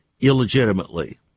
illegitimately